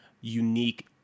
unique